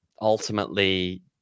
ultimately